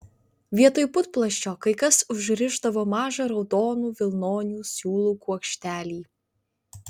vietoj putplasčio kai kas užrišdavo mažą raudonų vilnonių siūlų kuokštelį